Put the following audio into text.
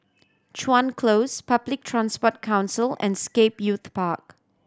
Chuan Close Public Transport Council and Scape Youth Park